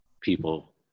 people